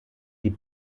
die